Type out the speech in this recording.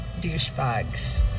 douchebags